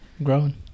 growing